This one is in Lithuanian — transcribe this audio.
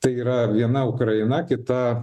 tai yra viena ukraina kita